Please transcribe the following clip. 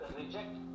reject